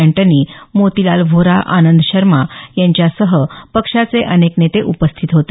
Antony Motilal Vora Anand Sharma यांच्यासह पक्षाचे अनेक नेते उपस्थित होते